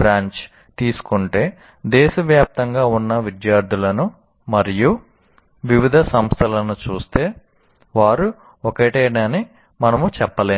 branch తీసుకుంటే దేశవ్యాప్తంగా ఉన్న విద్యార్థులను మరియు వివిధ సంస్థలను చూస్తే వారు ఒకటేనని మనము చెప్పలేము